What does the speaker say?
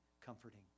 comforting